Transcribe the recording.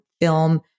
film